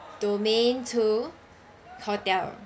domain two hotel